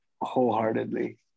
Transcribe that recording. wholeheartedly